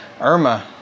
Irma